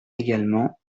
également